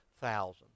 thousands